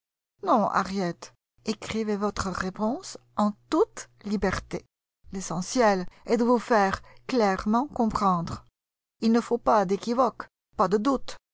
non harriet écrivez votre réponse en toute liberté l'essentiel est de vous faire clairement comprendre il ne faut pas d'équivoque pas de doute